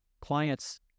clients